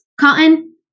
cotton